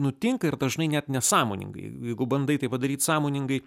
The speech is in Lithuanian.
nutinka ir dažnai net nesąmoningai jeigu bandai tai padaryt sąmoningai